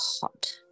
hot